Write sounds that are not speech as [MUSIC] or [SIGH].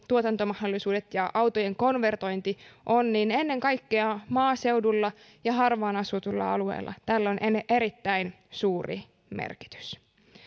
[UNINTELLIGIBLE] tuotantomahdollisuudet ja autojen konvertointi ovat niin ennen kaikkea maaseudulla ja harvaan asutuilla alueilla tällä on erittäin suuri merkitys ja